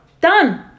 Done